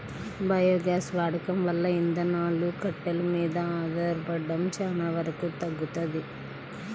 biogas వాడకం వల్ల ఇంధనాలు, కట్టెలు మీద ఆధారపడటం చానా వరకు తగ్గుతది